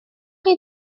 chi